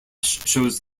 shows